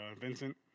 Vincent